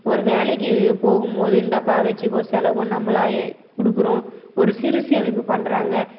ஒரு வேலைக்கு போகும் போது இந்தாப்பா வச்சுக்கோ செலவுனு நம்மளாக கொடுக்குறோம் ஒரு சிறுசேமிப்பு பண்றாங்க